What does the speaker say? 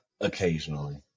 occasionally